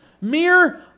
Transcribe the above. Mere